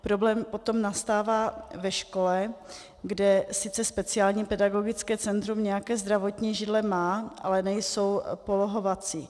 Problém potom nastává ve škole, kde sice speciální pedagogické centrum nějaké zdravotní židle má, ale nejsou polohovací.